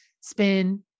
spin